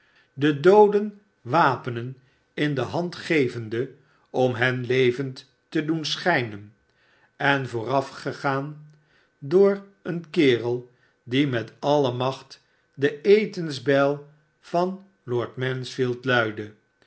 de dooden wapenen in de hand geyende om hen levend te doen schijnen en voorafgegaan door een kerel die met alle macht de etensbel van